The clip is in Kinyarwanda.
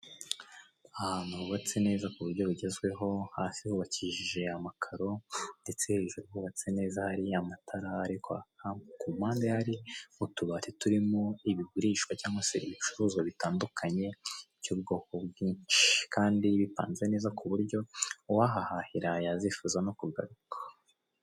Ahantu hubatse neza kuburyo bugezweho hasi hubakishijwe amakaro ndetse hejuru hubatse neza, hari amatara ari kwaka ku mpande hari utubari turimo ibigurishwa cyangwa se ibicuruzwa bitandukanye by'ubwoko bwinshi, kandi bipanze neza kuburyo uwahahahira yazifuza no kugaruka.